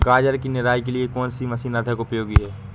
गाजर की निराई के लिए कौन सी मशीन अधिक उपयोगी है?